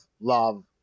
love